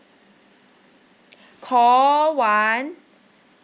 call one